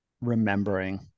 remembering